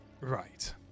right